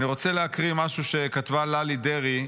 אני רוצה להקריא משהו שכתבה ללי דרעי.